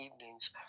evenings